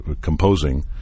composing